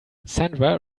sandra